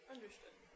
Understood